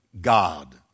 God